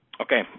Okay